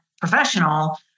professional